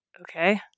okay